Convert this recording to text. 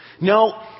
No